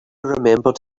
remembered